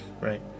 Right